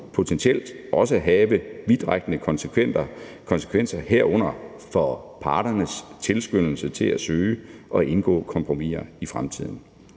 vil potentielt også have vidtrækkende konsekvenser, herunder for parternes tilskyndelse til at søge og indgå kompromiser i fremtiden.